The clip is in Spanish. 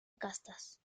castas